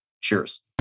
Cheers